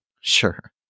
Sure